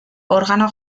organo